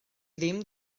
ddim